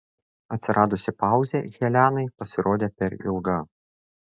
atsiradusi pauzė helenai pasirodė per ilga